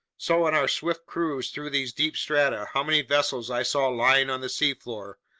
so, in our swift cruise through these deep strata, how many vessels i saw lying on the seafloor,